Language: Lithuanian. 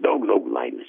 daug daug laimės